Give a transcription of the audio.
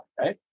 right